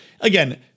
again